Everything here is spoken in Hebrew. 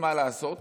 מה לעשות,